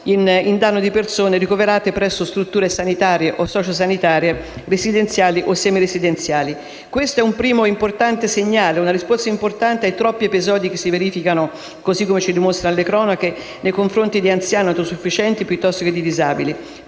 in danno di persone ricoverate presso strutture sanitarie o sociosanitarie, residenziali o semiresidenziali. Questo è un primo importante segnale, una risposta importante ai troppi episodi che si verificano, così come ci dimostrano le cronache, nei confronti di anziani non autosufficienti o di disabili,